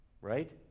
Right